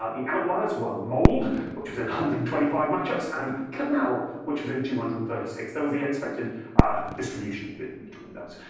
ah the outliers were mold, which was in one hundred and twenty five match-ups, and canal, which was in two hundred and thirty six. there was the expected distribution between those.